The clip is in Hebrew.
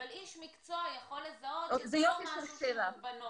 אבל איש מקצוע יכול לזהות שזה לא משהו שהוא בנורמה.